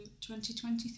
2023